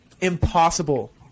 impossible